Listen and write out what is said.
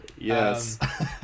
yes